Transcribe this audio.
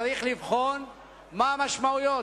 צריך לבחון מה המשמעויות,